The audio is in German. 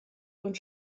und